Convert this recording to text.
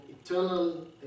eternal